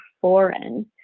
foreign